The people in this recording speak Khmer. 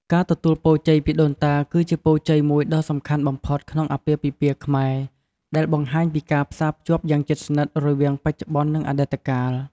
ការទទួលពរជ័យពីដូនតា គឺជាពរជ័យមួយដ៏សំខាន់បំផុតក្នុងអាពាហ៍ពិពាហ៍ខ្មែរ ដែលបង្ហាញពីការផ្សារភ្ជាប់យ៉ាងជិតស្និទ្ធរវាងបច្ចុប្បន្ន និងអតីតកាល។